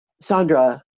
Sandra